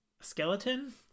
Skeleton